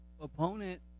opponent